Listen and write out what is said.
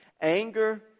Anger